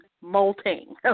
molting